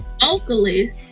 vocalist